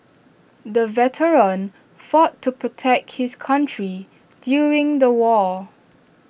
the veteran fought to protect his country during the war